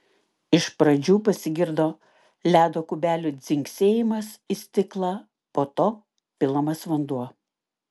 iš pradžių pasigirdo ledo kubelių dzingsėjimas į stiklą po to pilamas vanduo